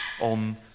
on